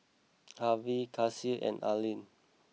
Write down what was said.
Harvie Kacie and Arlyn